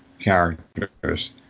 characters